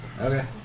Okay